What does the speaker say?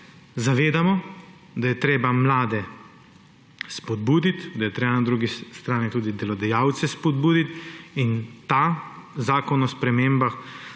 zavedamo, da je treba mlade spodbuditi, da je treba na drugi strani tudi delodajalce spodbuditi. Ta zakon o spremembah